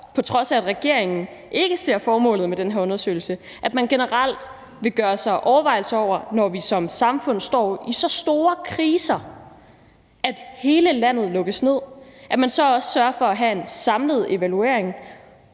på trods af at regeringen ikke ser formålet med denne undersøgelse – at man generelt vil gøre sig overvejelser om, at man, når vi som samfund står i så store kriser, at hele landet lukkes ned, så også sørger for at have en samlet evaluering,